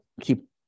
keep